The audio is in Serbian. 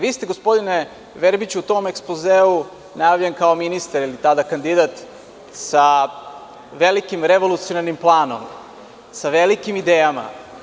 Vi ste, gospodine Verbiću u tom ekspozeu najavljeni kao ministar ili tada kao kandidat sa velikim revolucionarnim planom, sa velikim idejama.